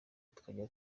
tukajya